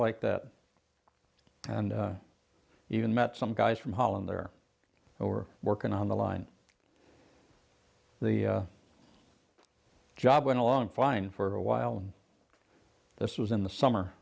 like that and even met some guys from holland there or working on the line the job went along fine for a while and this was in the summer